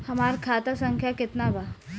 हमार खाता संख्या केतना बा?